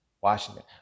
Washington